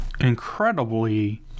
incredibly